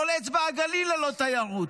כל אצבע הגליל ללא תיירות.